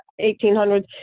1800s